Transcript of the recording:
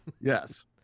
Yes